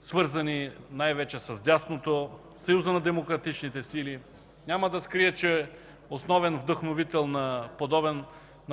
свързани най-вече с дясното, Съюза да демократичните сили. Няма да скрия, че основен вдъхновител на